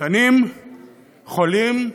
קטנים חולים.